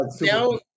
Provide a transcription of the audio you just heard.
Now